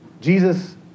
Jesus